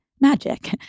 magic